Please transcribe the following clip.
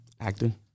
Acting